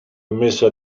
messo